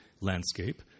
landscape